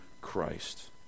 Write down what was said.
Christ